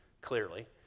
clearly